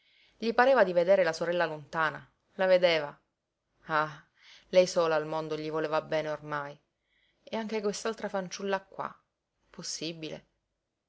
gli pareva di vedere la sorella lontana la vedeva ah lei sola al mondo gli voleva bene ormai e anche quest'altra fanciulla qua possibile